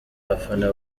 abafana